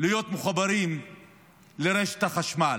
להיות מחוברים לרשת החשמל.